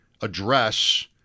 address